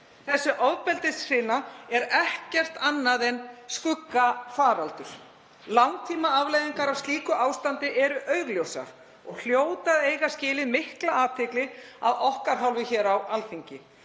Þessi ofbeldishrina er ekkert annað en skuggafaraldur. Langtímaafleiðingar af slíku ástandi eru augljósar og hljóta að eiga skilið mikla athygli af okkar hálfu hér á Alþingi.